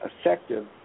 effective